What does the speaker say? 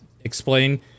explain